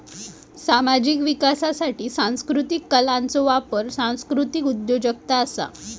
सामाजिक विकासासाठी सांस्कृतीक कलांचो वापर सांस्कृतीक उद्योजगता असा